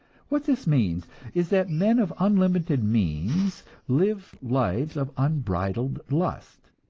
what this means is that men of unlimited means live lives of unbridled lust,